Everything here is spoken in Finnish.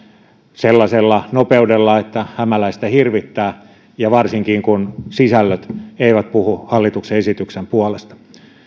sellaisella nopeudella että hämäläistä hirvittää varsinkin kun sisällöt eivät puhu hallituksen esityksen puolesta